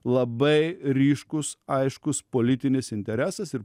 labai ryškus aiškus politinis interesas ir